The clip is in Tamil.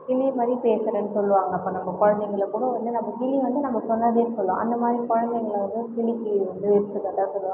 கிளி மாதிரி பேசுறேன்னு சொல்லுவாங்க அப்போ நம்ப குழந்தைங்களக்கூட நம்ப கிளி வந்து நம்ப சொன்னதே சொல்லும் அந்த மாதிரி குழந்தைங்க வந்து கிளிக்கு வந்து எடுத்துகாட்டாக சொல்லுவாங்க